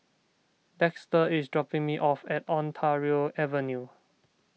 Dexter is dropping me off at Ontario Avenue